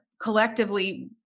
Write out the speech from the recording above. collectively